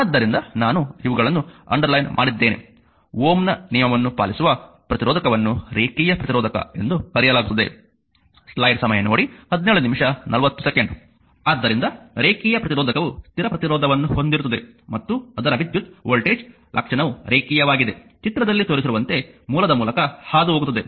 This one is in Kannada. ಆದ್ದರಿಂದ ನಾನು ಇವುಗಳನ್ನು ಅಂಡರ್ಲೈನ್ ಮಾಡಿದ್ದೇನೆ Ω ನ ನಿಯಮವನ್ನು ಪಾಲಿಸುವ ಪ್ರತಿರೋಧಕವನ್ನು ರೇಖೀಯ ಪ್ರತಿರೋಧಕ ಎಂದು ಕರೆಯಲಾಗುತ್ತದೆ ಆದ್ದರಿಂದ ರೇಖೀಯ ಪ್ರತಿರೋಧಕವು ಸ್ಥಿರ ಪ್ರತಿರೋಧವನ್ನು ಹೊಂದಿರುತ್ತದೆ ಮತ್ತು ಅದರ ವಿದ್ಯುತ್ ವೋಲ್ಟೇಜ್ ಲಕ್ಷಣವು ರೇಖೀಯವಾಗಿದೆ ಚಿತ್ರದಲ್ಲಿ ತೋರಿಸಿರುವಂತೆ ಮೂಲದ ಮೂಲಕ ಹಾದು ಹೋಗುತ್ತದೆ